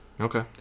Okay